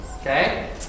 Okay